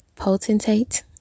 Potentate